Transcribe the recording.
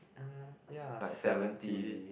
uh ya seventy